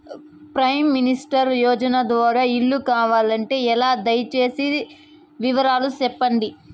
Prime minister యోజన ద్వారా ఇల్లు కావాలంటే ఎలా? దయ సేసి వివరాలు సెప్పండి?